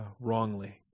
wrongly